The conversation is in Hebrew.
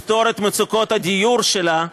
לפתור את מצוקות הדיור שלה,